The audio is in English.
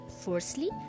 firstly